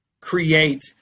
create